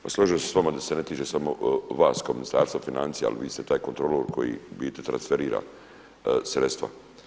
Pa složio bih se s vama da se ne tiče samo vas kao Ministarstva financija ali vi ste taj kontrolor koji u biti transferira sredstva.